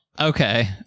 Okay